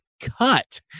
cut